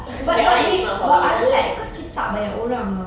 that [one] is not for me ah